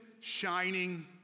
shining